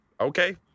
okay